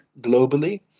globally